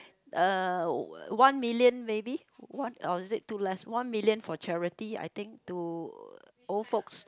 uh one million maybe or is it too less one million for charity I think to old folks